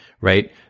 right